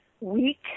weak